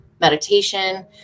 meditation